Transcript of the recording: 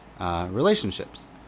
relationships